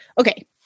okay